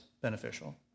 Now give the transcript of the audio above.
beneficial